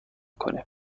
کنیم